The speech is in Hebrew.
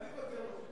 אני מוותר לו.